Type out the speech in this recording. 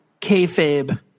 Kayfabe